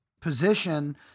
position